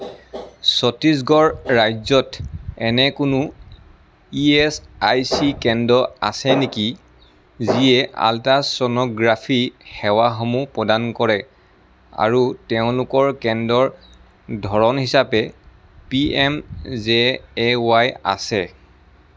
ছত্তিশগডঢ় ৰাজ্যত এনে কোনো ই এচ আই চি কেন্দ্ৰ আছে নেকি যিয়ে আলট্ৰাছ'ন'গ্ৰাফি সেৱাসমূহ প্ৰদান কৰে আৰু তেওঁলোকৰ কেন্দ্ৰৰ ধৰণ হিচাপে P M J A Y আছে